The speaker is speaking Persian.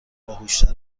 باهوشتر